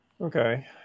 Okay